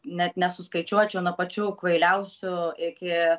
net nesuskaičiuočiau nuo pačių kvailiausių iki